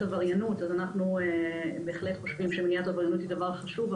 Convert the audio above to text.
אנחנו בהחלט חושבים שמניעת עבריינות זה דבר חשוב,